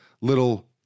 little